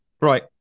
right